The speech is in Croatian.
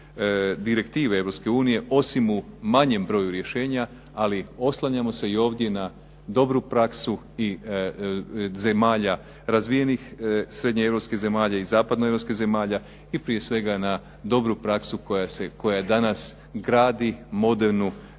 unije osim u manjem broju rješenja. Ali oslanjamo se i ovdje na dobru praksu zemalja, razvijenih srednje europskih zemalja i zapadno europskih zemalja i prije svega na dobru praksu koja danas gradi modernu